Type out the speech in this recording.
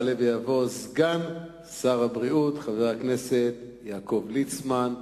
יעלה ויבוא סגן שר הבריאות, חבר הכנסת יעקב ליצמן,